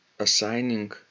Assigning